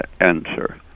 answer